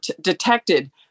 detected